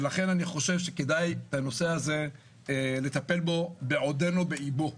ולכן אני חושב שכדאי לטפל בנושא הזה בעודנו באיבו.